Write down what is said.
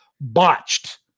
botched